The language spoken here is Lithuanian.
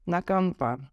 na kampą